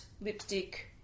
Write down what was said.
lipstick